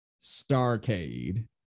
starcade